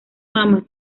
mama